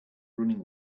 running